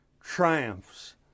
triumphs